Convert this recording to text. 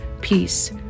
peace